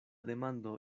demando